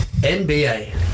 NBA